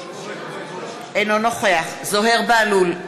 אינו נוכח זוהיר בהלול,